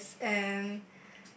yes and